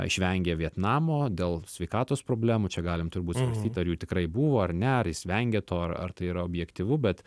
išvengė vietnamo dėl sveikatos problemų čia galim turbūt svarstyt ar jų tikrai buvo ar ne ar jis vengė to ar ar tai yra objektyvu bet